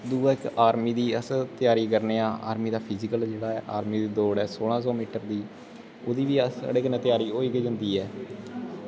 दूआ इक्क आर्मी दी अस त्यारी करने आं ते आर्मी दा फिजिकल ते आर्मी दी दौड़ दी इक्क एह्दे कन्नै साढ़ी त्यारी होई गै जंदी ऐ